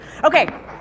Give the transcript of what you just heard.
Okay